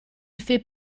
fait